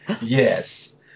Yes